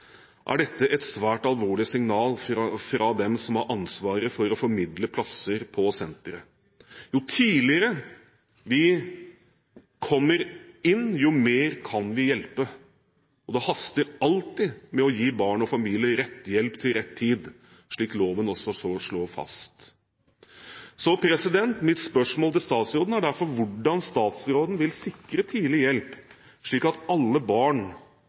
er dette et svært alvorlig signal fra dem som har ansvaret for å formidle plasser på sentrene. Jo tidligere vi kommer inn, jo mer kan vi hjelpe, og det haster alltid med å gi barn og familier rett hjelp til rett tid, slik loven også slår fast. Mitt spørsmål til statsråden er derfor hvordan statsråden vil sikre tidlig hjelp, slik alle barn